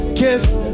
give